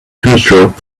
airdrop